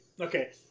Okay